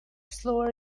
slower